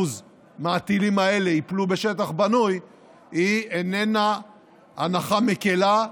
מהטילים האלה ייפלו בשטח בנוי היא איננה הנחה מקילה,